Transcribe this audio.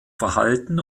verhalten